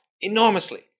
enormously